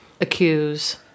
accuse